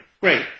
Great